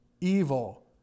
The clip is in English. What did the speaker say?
evil